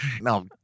No